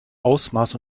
ausmaß